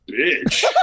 bitch